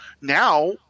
Now